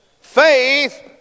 faith